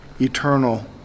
eternal